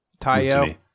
Tayo